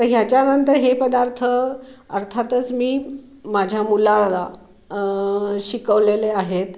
तर ह्याच्यानंतर हे पदार्थ अर्थातच मी माझ्या मुलाला शिकवलेले आहेत